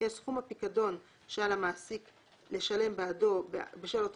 יהיה סכום הפיקדון שעל המעסיק לשלם בעדו בשל אותו